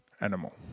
animal